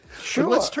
Sure